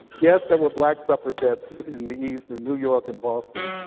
yes, there were black suffragettes in the east, in new york and boston,